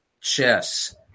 chess